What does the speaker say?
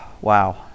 Wow